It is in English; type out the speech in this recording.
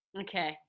Okay